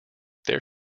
there